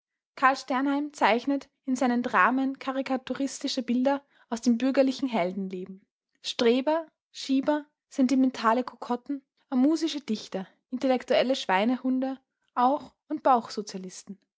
zeichnet in seinen dramen karikaturistische bilder aus dem bürgerlichen heldenleben streber schieber sentimentale kokotten amusische dichter intellektuelle schweinehunde auch und